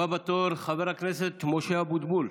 הבא בתור, חבר הכנסת משה אבוטבול.